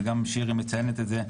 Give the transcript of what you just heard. וגם שירי מציינת את זה,